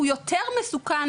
הוא יותר מסוכן,